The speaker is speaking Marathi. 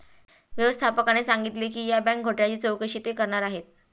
व्यवस्थापकाने सांगितले की या बँक घोटाळ्याची चौकशी ते करणार आहेत